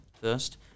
first